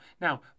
Now